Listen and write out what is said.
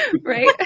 Right